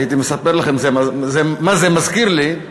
הייתי מספר לכם מה זה מזכיר לי,